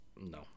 No